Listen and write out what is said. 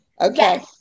Okay